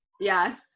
Yes